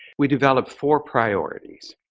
we developed four priorities.